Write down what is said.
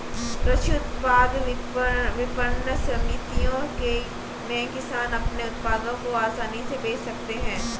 कृषि उत्पाद विपणन समितियों में किसान अपने उत्पादों को आसानी से बेच सकते हैं